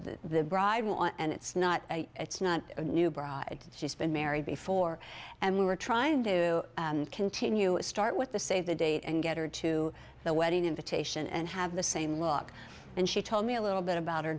will and it's not it's not a new bride she's been married before and we were trying to continue start with the save the date and get her to the wedding invitation and have the same look and she told me a little bit about